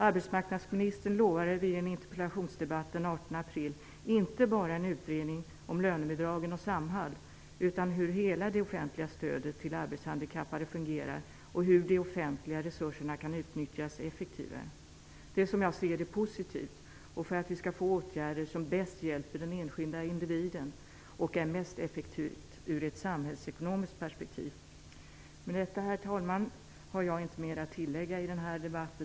Arbetsmarknadsministern lovade i en interpellationsdebatt den 18 april en utredning om lönebidragen och Samhall, om hur hela det offentliga stödet till arbetshandikappade fungerar och om hur de offentliga resurserna effektivare kan utnyttjas. Detta är, som jag ser det, positivt för att vi skall få åtgärder som bäst hjälper den enskilde individen och som är effektivast i ett samhällsekonomiskt perspektiv. Med detta, herr talman, har jag inte mer att tillägga i denna debatt.